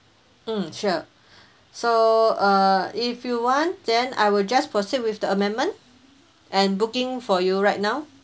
mm sure so uh if you want then I will just proceed with the amendment and booking for you right now